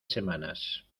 semanas